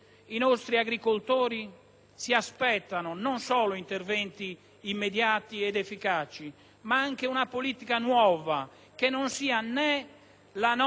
si aspettano non solo interventi immediati ed efficaci, ma anche una politica nuova che non sia né la nostra né la vostra,